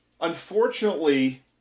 unfortunately